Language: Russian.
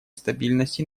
стабильности